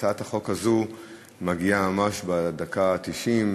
הצעת החוק הזאת מגיעה ממש בדקה התשעים,